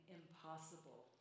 impossible